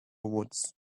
woods